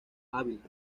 ávila